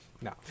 no